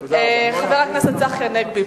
צחי הנגבי?